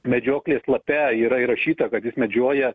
medžioklės lape yra įrašyta kad jis medžioja